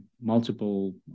multiple